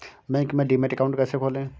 Bank में demat account कैसे खोलें?